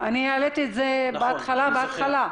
העליתי את זה בתחילת הדיונים.